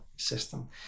system